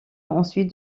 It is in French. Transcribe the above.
ensuite